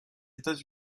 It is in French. états